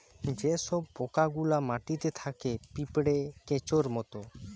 যে সব পোকা গুলা মাটিতে থাকে পিঁপড়ে, কেঁচোর মত